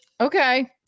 Okay